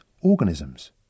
organisms